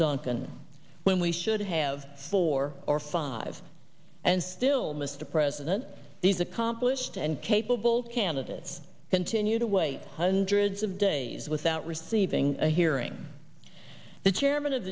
duncan when we should have four or five and still mr president these accomplished and capable candidates continue to wait hundreds of days without receiving a hearing the chairman of